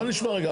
בוא נשמע רגע.